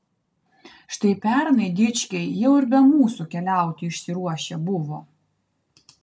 štai pernai dičkiai jau ir be mūsų keliauti išsiruošę buvo